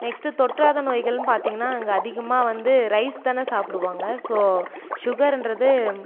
next தொற்றாத நோய்கள்னு பார்த்தீங்கனா அங்கே அதிகமாக வந்து ரைஸ் தான் சாப்பிடுவாங்க ஸோ ஷுகருன்றது